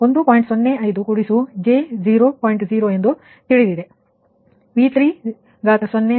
V30 ಸಹ 1 j 0 ನಿಮಗೆ ಅದು ತಿಳಿದಿದೆ